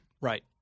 Right